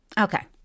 Okay